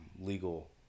legal